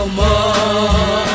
more